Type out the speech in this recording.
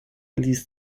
ließ